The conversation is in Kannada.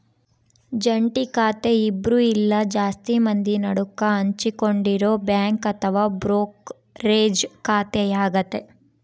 ಜಂಟಿ ಖಾತೆ ಇಬ್ರು ಇಲ್ಲ ಜಾಸ್ತಿ ಮಂದಿ ನಡುಕ ಹಂಚಿಕೊಂಡಿರೊ ಬ್ಯಾಂಕ್ ಅಥವಾ ಬ್ರೋಕರೇಜ್ ಖಾತೆಯಾಗತೆ